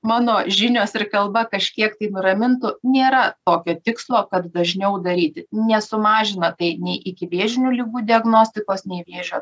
mano žinios ir kalba kažkiek tai nuramintų nėra tokio tikslo kad dažniau daryti nesumažina tai nei ikivėžinių ligų diagnostikos nei vėžio